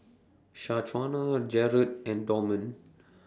Shaquana Jarrod and Dorman